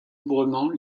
librement